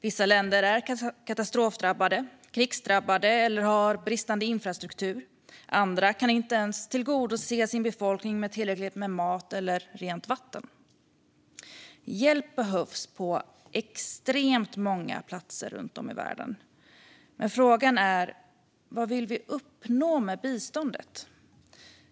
Vissa länder är katastrofdrabbade eller krigsdrabbade eller har bristande infrastruktur. Andra kan inte ens tillgodose sin befolkning med tillräckligt med mat eller rent vatten. Hjälp behövs på extremt många platser runt om i världen. Men frågan är: Vad vill vi uppnå med biståndet?